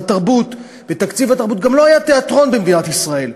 התרבות גם לא היה תיאטרון במדינת ישראל.